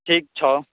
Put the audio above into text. ठीक छौ